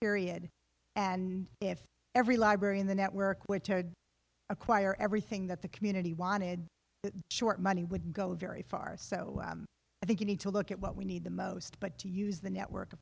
period and if every library in the network where terry acquire everything that the community wanted it short money would go very far so i think you need to look at what we need the most but to use the network